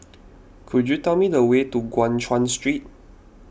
could you tell me the way to Guan Chuan Street